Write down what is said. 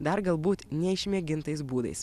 dar galbūt neišmėgintais būdais